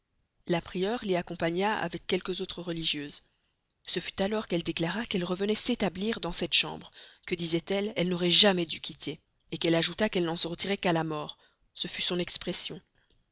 la prieure l'y accompagna avec quelques autres religieuses ce fut alors qu'elle déclara qu'elle revenait s'établir dans cette chambre que disait-elle elle n'aurait jamais dû quitter qu'elle ajouta qu'elle n'en sortirait qu'à la mort ce fut son expression